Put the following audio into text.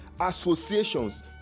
associations